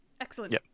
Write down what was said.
Excellent